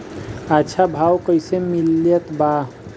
अच्छा भाव कैसे मिलत बा?